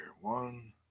One